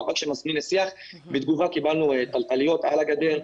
מאבק שמזמין לשיח אבל בתגובה קיבלנו תלתליות על הגדר,